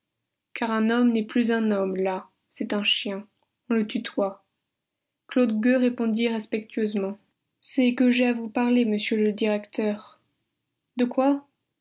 car un homme n'est plus un homme là c'est un chien on le tutoie claude gueux répondit respectueusement c'est que j'ai à vous parler monsieur le directeur de quoi